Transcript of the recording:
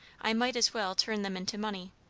i might as well turn them into money,